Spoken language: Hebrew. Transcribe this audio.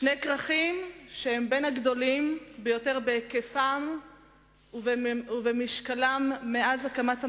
שני כרכים שהם בין הגדולים ביותר בהיקפם ובמשקלם מאז הקמת המדינה,